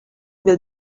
will